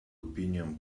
opinion